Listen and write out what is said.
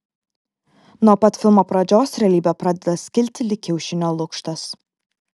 nuo pat filmo pradžios realybė pradeda skilti lyg kiaušinio lukštas